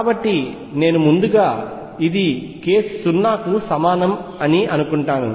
కాబట్టి నేను ముందుగా ఇది కేసు 0 కు సమానం అనుకుంటాను